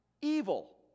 evil